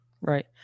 Right